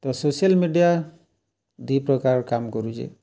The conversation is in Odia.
ତ ସୋସିଆଲ୍ ମିଡ଼ିଆ ଦୁଇ ପ୍ରକାର କାମ କରୁଚେ